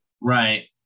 Right